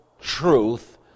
truth